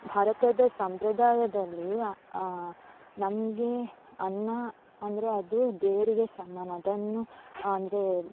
ಭಾರತದ ಸಂಪ್ರದಾಯದಲ್ಲಿ ನಮಗೆ ಅನ್ನ ಅಂದರೆ ಅದು ದೇವರಿಗೆ ಸಮಾನ ಅದನ್ನು ಅಂದರೆ